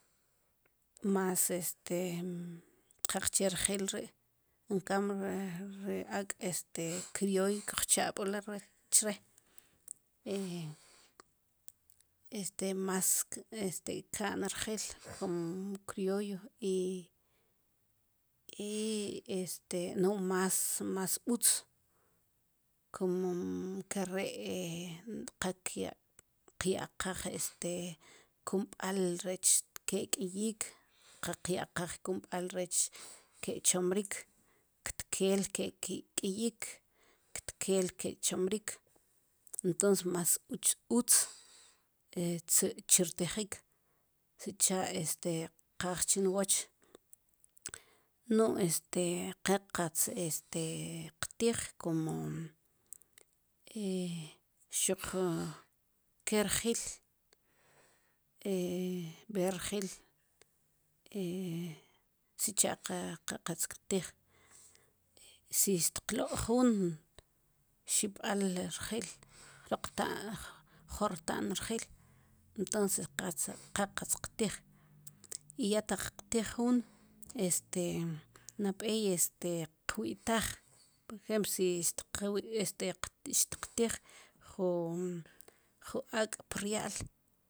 Mas este qaqche rjil ri encam ri ak' este crioy kujchab'ulo' chre' este mas este ka'n rjil jun crioy i este no mas mas utz kumo nkare' qa qya'qaj este kumb'al rech ke k'iyik qa qyaqaj rech ke chomrik ktkeel ki k'iyik ktkeel ke chomrik entons mas utz cher tijik sicha este qaaj chiwoch no qa qatz qtij como xuq ke rjil ber rjil sicha' qa qaz qtij si xtqlo'q jun xib'al rjil jroq tan jor ta'n rjil entons qatz qa qatz qtij i ya taq tiqtij juun este nab'ey este qwi'taaj por ejemplo si xtiqtij jun ak' prya'l.